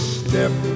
step